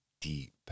deep